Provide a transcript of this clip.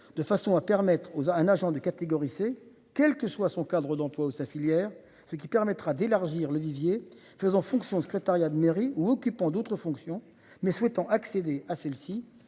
de façon à permettre aux à un agent de catégorie C, quel que soit son Cadre d'emplois au sa filière ce qui permettra d'élargir le vivier faisant fonction secrétariat de mairie ou occupant d'autres fonctions mais souhaitant accéder à celle-ci